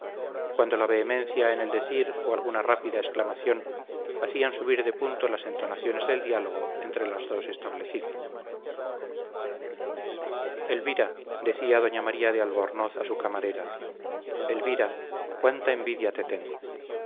cuando la vehemencia en el decir o alguna rápida exclamación hacían subir de punto las entonaciones del diálogo entre las dos establecido elvira decía doña maría de albornoz a su camarera elvira cuánta envidia te tengo